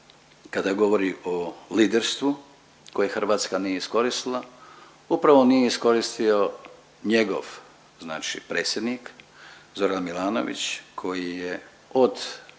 kada govori o liderstvu koje Hrvatska nije iskoristila. Upravo nije iskoristio njegov znači predsjednik Zoran Milanović koji je od